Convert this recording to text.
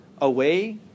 away